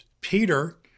Peter